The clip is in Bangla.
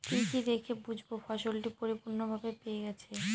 কি কি দেখে বুঝব ফসলটি পরিপূর্ণভাবে পেকে গেছে?